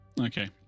Okay